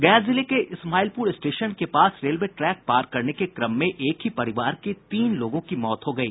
गया जिले के इस्माइलपुर स्टेशन के पास रेलवे ट्रैक पार करने के क्रम में एक ही परिवार के तीन लोगों की मौत हो गयी